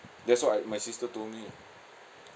that's what my sister told me ah